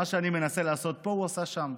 מה שאני מנסה לעשות פה הוא עשה שם.